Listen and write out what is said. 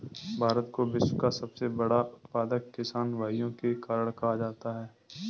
भारत को विश्व का सबसे बड़ा उत्पादक किसान भाइयों के कारण कहा जाता है